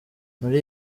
muri